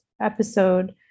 episode